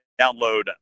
download